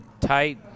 tight